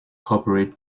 corporate